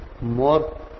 more